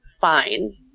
fine